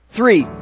Three